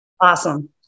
Awesome